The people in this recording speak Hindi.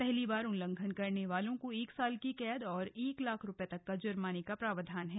पहली बार उल्लंघन करने वालों को एक साल की कैद और एक लाख रूपये जुर्माने का प्रावधान है